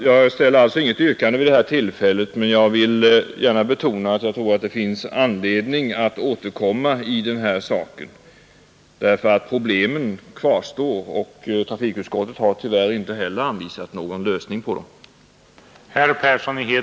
Jag ställer alltså inget yrkande vid detta tillfälle, men jag vill gärna betona att jag tror att det finns anledning att återkomma i den här saken. Problemen kvarstår, och trafikutskottet har tyvärr inte heller anvisat någon alternativ lösning på dem.